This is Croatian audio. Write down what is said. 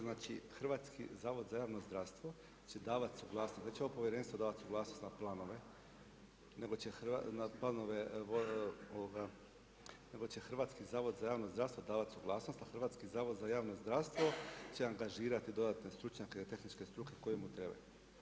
Znači Hrvatski zavod za javno zdravstvo će davat suglasnost, neće ovo povjerenstvo davat suglasnost na planove, nego će Hrvatski zavod za javno zdravstvo davat suglasnost, a Hrvatski zavod za javno zdravstvo će angažirati dodatne stručnjake tehničke struke koji mu trebaju.